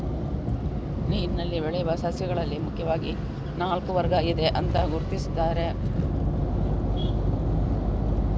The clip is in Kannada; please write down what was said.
ನೀರಿನಲ್ಲಿ ಬೆಳೆಯುವ ಸಸ್ಯಗಳಲ್ಲಿ ಮುಖ್ಯವಾಗಿ ನಾಲ್ಕು ವರ್ಗ ಇದೆ ಅಂತ ಗುರುತಿಸ್ತಾರೆ